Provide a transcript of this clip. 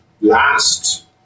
Last